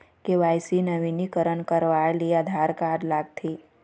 KYC नवीनीकरण करवाये Aadhaar card लगथे?